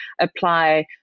apply